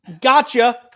Gotcha